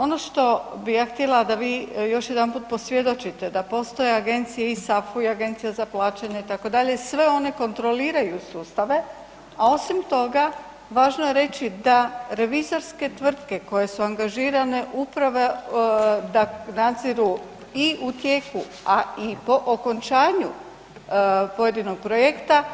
Ono što bih ja htjela da vi još jedanput posvjedočite da postoje agencije i SAFU i Agencija za plaćanje itd., sve one kontroliraju sustave, a osim toga važno je reći da revizorske tvrtke koje su angažirane upravo da nadziru i u tijeku, a i po okončanju pojedinog projekta,